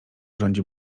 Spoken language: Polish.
rządzi